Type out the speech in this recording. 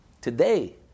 today